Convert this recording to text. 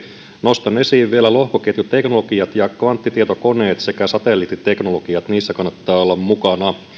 nostan esiin vielä lohkoketjuteknologiat ja kvanttitietokoneet sekä satelliittiteknologiat niissä kannattaa olla mukana